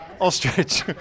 ostrich